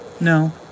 No